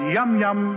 Yum-Yum